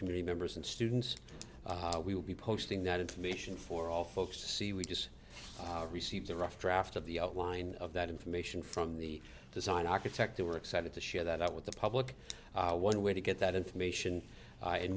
community members and students we will be posting that information for all folks to see we just received a rough draft of the outline of that information from the design architect who are excited to share that with the public one way to get that information and